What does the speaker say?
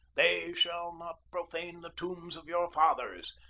they shall not profane the tombs of your fathers,